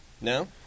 No